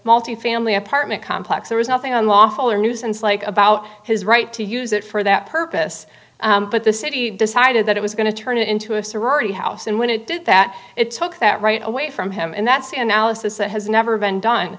multifamily apartment complex there was nothing on lawful or nuisance like about his right to use it for that purpose but the city decided that it was going to turn it into a sorority house and when it did that it took that right away from him and that's an analysis that has never been done